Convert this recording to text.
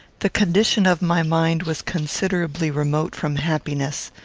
the condition of my mind was considerably remote from happiness.